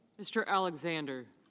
mr. alexander.